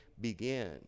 begin